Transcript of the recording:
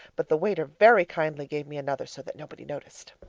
but the waiter very kindly gave me another so that nobody noticed.